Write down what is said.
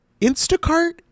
instacart